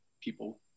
people